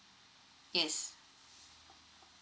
yes